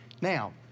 Now